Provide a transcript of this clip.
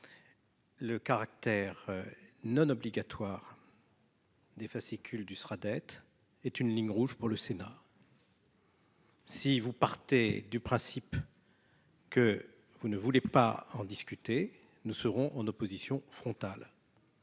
Le caractère. Non obligatoire. Des fascicules du sera dettes est une ligne rouge pour le Sénat. Si vous partez du principe. Que vous ne voulait pas en discuter, nous serons en opposition frontale.